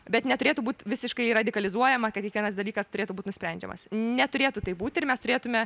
bet neturėtų būt visiškai radikalizuojama kad kiekvienas dalykas turėtų būt nusprendžiamas neturėtų taip būti ir mes turėtume